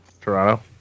Toronto